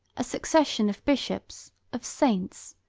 a succession of bishops, of saints,